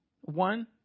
One